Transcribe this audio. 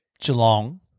Geelong